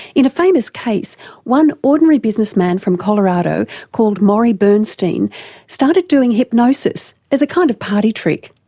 in a famous case one ordinary businessman from colorado called morrie bernstein started doing hypnosis as a kind of party trick.